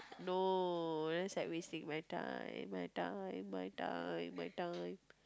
no that's like wasting my time my time my time my time